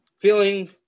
feeling